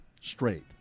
Straight